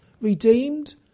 redeemed